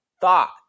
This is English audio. thought